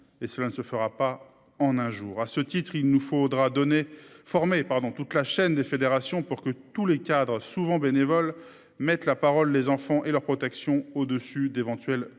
cela ne se fera pas en un jour. À ce titre, il nous faudra donner formé pardon toute la chaîne des fédérations pour que tous les cadres, souvent bénévoles mettent la parole. Les enfants et leur protection au dessus d'éventuels corporatisme